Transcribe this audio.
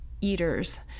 eaters